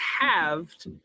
halved